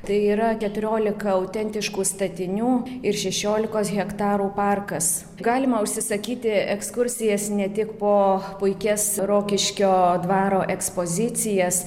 tai yra keturiolika autentiškų statinių ir šešiolikos hektarų parkas galima užsisakyti ekskursijas ne tik po puikias rokiškio dvaro ekspozicijas